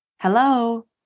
Hello